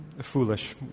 foolish